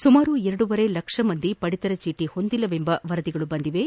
ಸುಮಾರು ಎರಡೂವರೆ ಲಕ್ಷ ಮಂದಿ ಪಡಿತರ ಚೀಟ ಹೊಂದಿಲ್ಲವೆಂಬ ವರದಿಗಳು ಬಂದಿವೆ